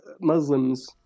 Muslims